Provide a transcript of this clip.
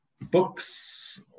books